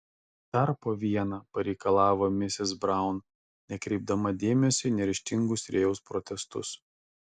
dar po vieną pareikalavo misis braun nekreipdama dėmesio į neryžtingus rėjaus protestus